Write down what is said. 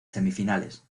semifinales